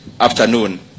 afternoon